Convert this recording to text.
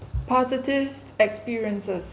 positive experiences